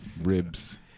ribs